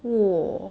wa